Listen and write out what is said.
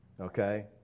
okay